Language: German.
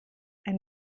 ein